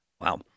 Wow